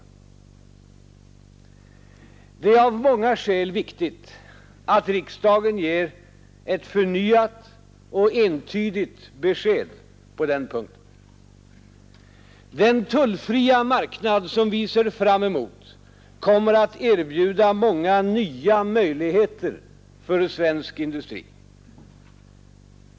Det är av många skäl viktigt att riksdagen ger ett förnyat och entydigt besked på den punkten. Den tullfria marknad som vi ser fram emot kommer att erbjuda många nya möjligheter för svensk industri.